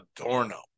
Adorno